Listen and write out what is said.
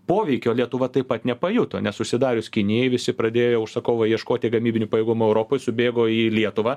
poveikio lietuva taip pat nepajuto nes užsidarius kinijai visi pradėjo užsakovai ieškoti gamybinių pajėgumų europoj subėgo į lietuvą